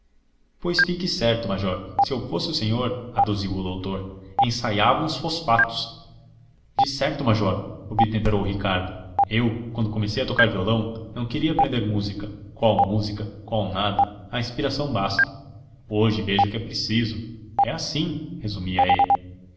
pois fique certo major se eu fosse o senhor aduziu o doutor ensaiava uns fosfatos decerto major obtemperou ricardo eu quando comecei a tocar violão não queria aprender música qual música qual nada a inspiração basta hoje vejo que é preciso é assim resumia ele